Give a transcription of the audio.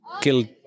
killed